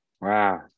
wow